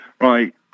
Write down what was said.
right